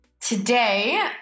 Today